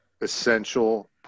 Essential